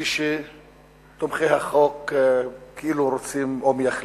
כפי שתומכי החוק כאילו רוצים או מייחלים.